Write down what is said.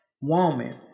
woman